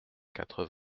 quatre